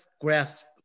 grasp